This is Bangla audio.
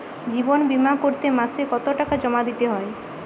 জীবন বিমা করতে মাসে কতো টাকা জমা দিতে হয়?